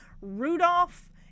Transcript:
Rudolph